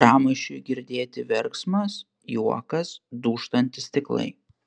pramaišiui girdėti verksmas juokas dūžtantys stiklai